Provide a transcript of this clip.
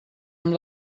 amb